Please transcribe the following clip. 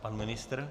Pan ministr?